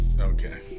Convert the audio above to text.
Okay